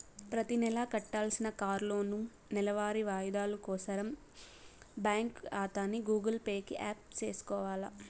ప్రతినెలా కట్టాల్సిన కార్లోనూ, నెలవారీ వాయిదాలు కోసరం బ్యాంకు కాతాని గూగుల్ పే కి యాప్ సేసుకొవాల